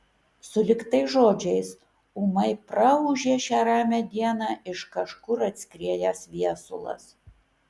sulig tais žodžiais ūmai praūžė šią ramią dieną iš kažkur atskriejęs viesulas